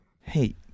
hey